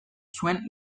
zuen